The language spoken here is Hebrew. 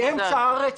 באמצע הארץ,